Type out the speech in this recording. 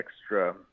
extra